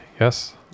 yes